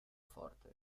forte